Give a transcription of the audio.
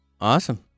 Awesome